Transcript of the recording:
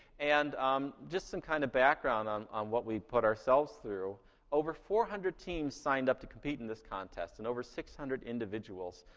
and um just some kind of background on on what we put ourselves through over four hundred teams signed up to compete in this contest, and over six hundred individuals.